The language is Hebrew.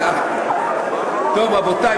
רבותי,